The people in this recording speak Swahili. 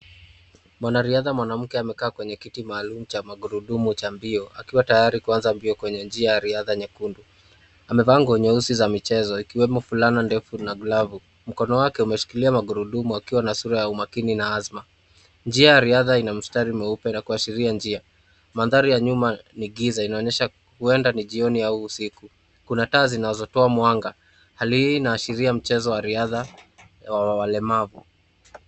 Mwanariadha mwanamke amekaa kwenye kiti maalum yenye magurudumu cha mbio, Akiwa tayari kuanza mbio kwenye njia ya riadha nyekundu, amevaa ngu nyeusi ya mchezo. Ikiwemo fulana ndefu na glavu. Mkono wake umeshikilia magurudumu akiwa na sura ya umakini na asma . Njia ya riadha ina mstari meupe Na. Kuna taa zinazo toa mwanga. Hali hii inaashiria mchezo ya walemavu .